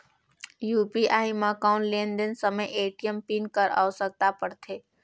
UPI म कौन लेन देन समय ए.टी.एम पिन कर आवश्यकता पड़थे?